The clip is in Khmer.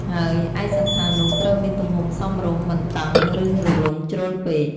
ហើយឯកសណ្ឋាននោះត្រូវមានទំហំសមរម្យ មិនតឹង ឬរលុងជ្រុលពេក។